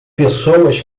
pessoas